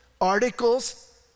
articles